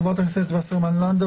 חברת הכנסת וסרמן לנדה,